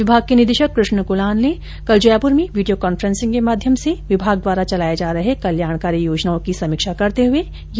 विभाग के निदेशक कृष्ण कुणाल ने कल जयपुर में वीडियो कान्फ्रेंसिग के माध्यम से विभाग द्वारा चलाये जा रहे कल्याणकारी योजनाओं की समीक्षा करते हुए यह निर्देश दिये